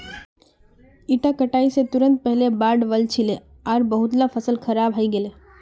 इता कटाई स तुरंत पहले बाढ़ वल छिले आर बहुतला फसल खराब हई गेले